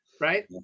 Right